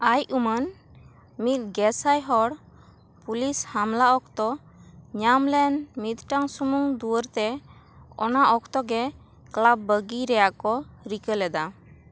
ᱟᱭ ᱩᱢᱟᱹᱱ ᱢᱤᱫ ᱜᱮᱥᱟᱭ ᱦᱚᱲ ᱯᱩᱞᱤᱥ ᱦᱟᱢᱞᱟ ᱚᱠᱛᱚ ᱧᱟᱢ ᱞᱮᱱ ᱢᱤᱫᱴᱟᱝ ᱥᱩᱢᱩᱝ ᱫᱩᱣᱟᱹᱨ ᱛᱮ ᱚᱱᱟ ᱚᱠᱛᱚ ᱜᱮ ᱠᱞᱟᱵᱽ ᱵᱟᱹᱜᱤ ᱨᱮᱭᱟᱜ ᱠᱚ ᱨᱤᱠᱟᱹ ᱞᱮᱫᱟ